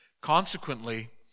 Consequently